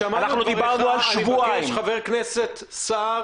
אנחנו דיברנו על שבועיים --- חבר הכנסת סער,